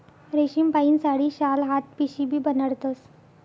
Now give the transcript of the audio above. रेशीमपाहीन साडी, शाल, हात पिशीबी बनाडतस